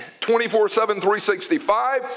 24-7-365